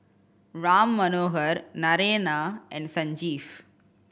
Ram Manohar Naraina and Sanjeev